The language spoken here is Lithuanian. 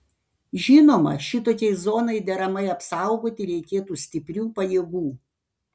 žinoma šitokiai zonai deramai apsaugoti reikėtų stiprių pajėgų